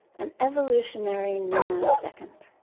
an evolutionary nanosecond.